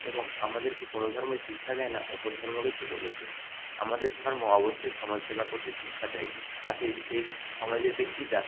এবং আমাদেরকে কোন ধর্মই শিক্ষা দেয় না অপর ধর্মকে ছোটো করতে আমাদের ধর্ম অবশ্যই সমাজসেবা করতে শিক্ষা দেয় তাতে সেই সমাজের ব্যক্তিটা